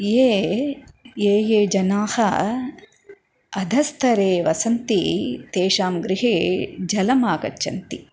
ये ये ये जनाः अधस्तरे वसन्ति तेषां गृहे जलम् आगच्छन्ति